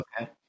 okay